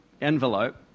envelope